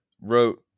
wrote